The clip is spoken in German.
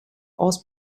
ost